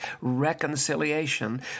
reconciliation